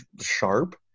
sharp